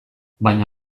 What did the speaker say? baina